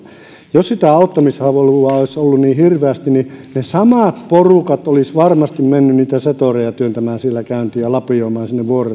jos sitä auttamishalua olisi ollut niin hirveästi niin ne samat porukat olisivat varmasti menneet niitä zetoreja työntämään siellä käyntiin ja lapioimaan sinne